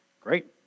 Great